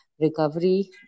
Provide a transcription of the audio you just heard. recovery